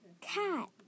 Cat